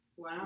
Wow